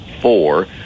four